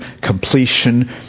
completion